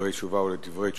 בדברי תשובה, או לדברי תשובה.